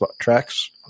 tracks